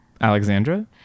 Alexandra